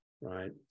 right